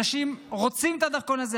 אנשים רוצים את הדרכון הזה,